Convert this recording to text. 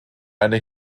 eine